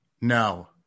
no